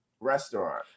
restaurant